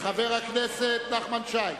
חבר הכנסת נחמן שי?